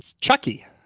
Chucky